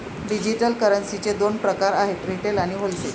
digital करन्सीचे दोन प्रकार आहेत रिटेल आणि होलसेल